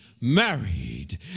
married